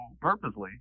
purposely